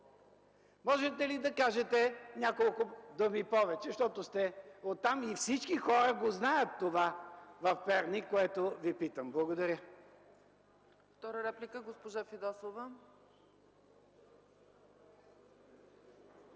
Можете ли да кажете няколко думи повече, защото сте от там, и всички хора в Перник знаят това, което Ви питам. Благодаря.